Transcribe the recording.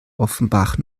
offenbach